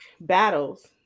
battles